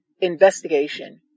investigation